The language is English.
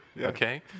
Okay